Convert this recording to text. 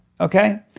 okay